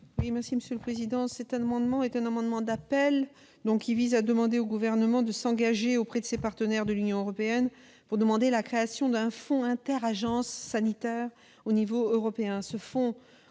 parole est à Mme Nicole Bonnefoy. Cet amendement d'appel vise à demander au Gouvernement de s'engager auprès de ses partenaires de l'Union européenne pour demander la création d'un fonds interagences sanitaires au niveau européen